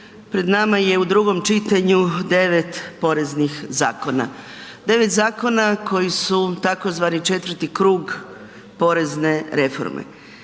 pred nama je u drugom čitanju 9 poreznih zakona, 9 zakona koji su tzv. 4 krug porezne reforme.